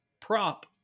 prop